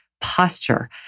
posture